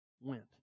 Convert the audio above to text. went